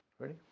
Ready